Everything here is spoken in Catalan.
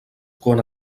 quan